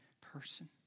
person